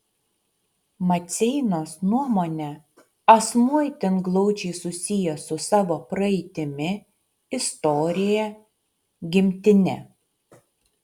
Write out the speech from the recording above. maceinos nuomone asmuo itin glaudžiai susijęs su savo praeitimi istorija gimtine